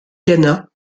ghana